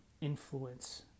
influence